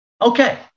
Okay